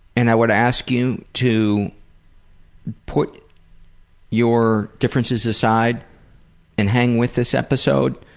and i would ask you to put your differences aside and hang with this episode.